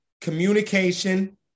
communication